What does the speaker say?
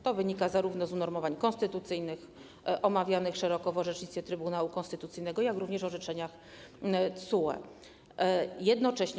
To wynika z unormowań konstytucyjnych omawianych szeroko w orzecznictwie Trybunału Konstytucyjnego, jak również w orzeczeniach TSUE.